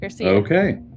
Okay